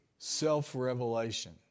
Self-revelation